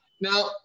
Now